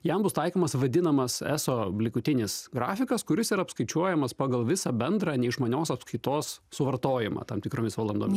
jam bus taikomas vadinamas eso likutinis grafikas kuris ir apskaičiuojamas pagal visą bendrą neišmanios apskaitos suvartojimą tam tikromis valandomis